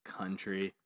country